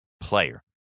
player